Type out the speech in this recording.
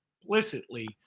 explicitly